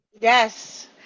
Yes